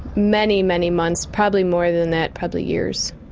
many, many months, probably more than that, probably years.